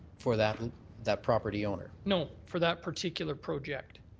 for that and that property owner. no, for that particular project.